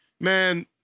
Man